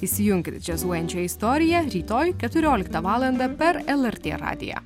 įsijunkit džiazuojančią istoriją rytoj keturioliktą valandą per lrt radiją